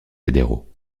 fédéraux